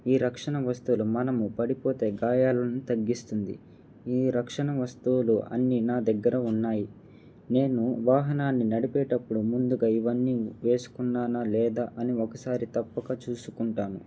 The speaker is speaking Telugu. ఈ రక్షణ వస్తువులు మనము పడిపోతే గాయాలను తగ్గిస్తుంది ఈ రక్షణ వస్తువులు అన్ని నా దగ్గర ఉన్నాయి నేను వాహనాన్ని నడిపేటప్పుడు ముందుగా ఇవన్నీ వేసుకున్నానా లేదా అని ఒకసారి తప్పక చూసుకుంటాను